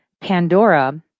Pandora